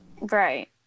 Right